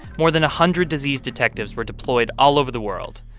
more than a hundred disease detectives were deployed all over the world.